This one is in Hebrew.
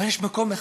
אבל יש מקום אחד,